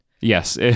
yes